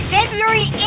February